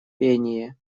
пение